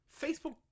Facebook